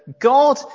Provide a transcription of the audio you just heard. God